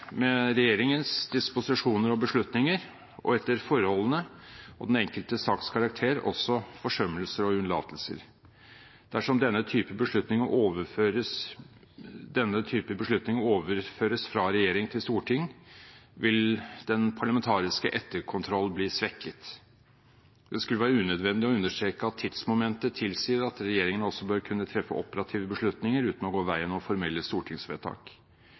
med regjeringens disposisjoner og beslutninger, og – etter forholdene og den enkelte saks karakter – også forsømmelser og unnlatelser. Dersom denne type beslutninger overføres fra regjering til storting, vil den parlamentariske etterkontroll bli svekket. Det skulle være unødvendig å understreke at tidsmomentet tilsier at regjeringen også bør kunne treffe operative beslutninger uten å gå veien om formelle stortingsvedtak.